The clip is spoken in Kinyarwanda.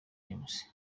james